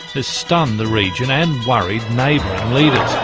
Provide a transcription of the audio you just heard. has stunned the region and worried neighbouring leaders.